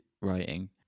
writing